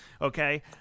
Okay